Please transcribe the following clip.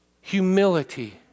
humility